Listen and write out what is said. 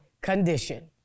condition